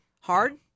hard